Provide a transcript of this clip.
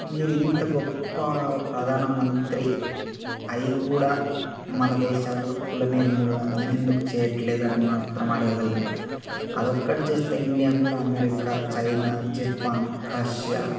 మీరింత గొప్ప ప్రధానమంత్రి అయ్యి కూడా మనదేశంలో కుల నిర్మూలన ఎందుకు చేయట్లేదు అని మాత్రమే అడగదలుగుతాను అదొక్కటి చేస్తే ఇండియా కూడా అమెరికా చైనా జపాన్ రష్యా